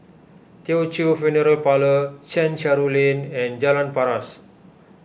Teochew Funeral Parlour Chencharu Lane and Jalan Paras